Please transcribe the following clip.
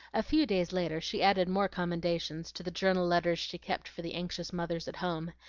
a few days later she added more commendations to the journal-letters she kept for the anxious mothers at home,